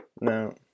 No